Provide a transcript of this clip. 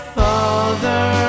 father